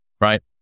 right